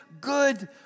good